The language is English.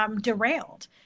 derailed